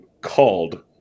called